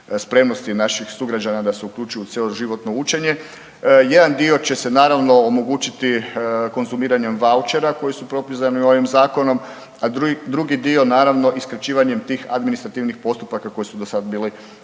spremnosti naših sugrađana da se uključuju u cjeloživotno učenje. Jedan dio će se naravno omogućiti konzumiranjem vaučera koji su propisani ovim zakonom, a drugi dio naravno i skraćivanjem tih administrativnih postupaka koji su do sad bili dosta